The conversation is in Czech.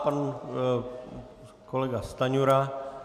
Pan kolega Stanjura.